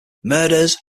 murders